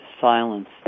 silence